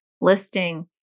listing